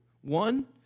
One